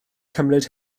cymryd